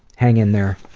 hang in there.